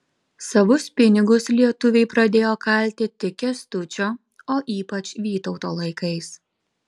savus pinigus lietuviai pradėjo kalti tik kęstučio o ypač vytauto laikais